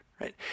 right